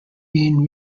being